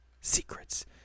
Secrets